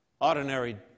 ordinary